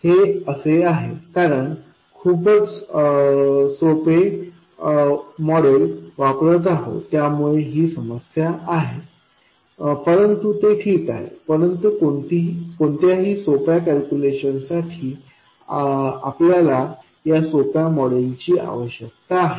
हे असे आहे कारण खूपच सोपे मॉडेल्स वापरत आहोत त्यामुळे ही समस्या आहे परंतु ते ठीक आहे परंतु कोणत्याही सोप्या कॅल्क्युलेशन साठी आपल्याला या खूपच सोप्या मॉडेल ची आवश्यकता आहे